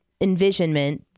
envisionment